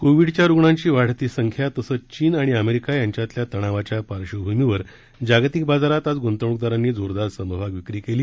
कोविडच्या रुग्णांची वाढती संख्या तसंच चीन आणि अमेरिका यांच्यातल्या तणावाच्या पार्श्वभूमीवर जागतिक बाजारात आज ग्ंतवणूकदारांनी जोरदार समभागविक्री केली